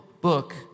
book